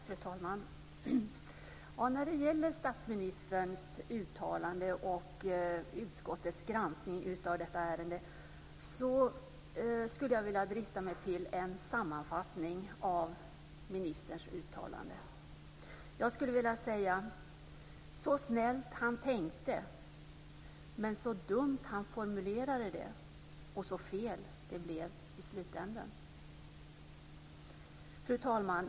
Fru talman! När det gäller statsministerns uttalande och utskottets granskning av detta ärende skulle jag vilja drista mig till en sammanfattning av ministerns uttalande. Jag skulle vilja säga: Så snällt han tänkte, men så dumt han formulerade det och så fel det blev i slutändan. Fru talman!